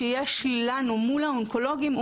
שיש לנו מול האונקולוגים,